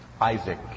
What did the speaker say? Isaac